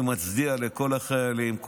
לכן, אני מצדיע לכל החיילים.